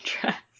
dress